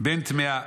בין טמאה.